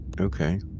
Okay